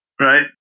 right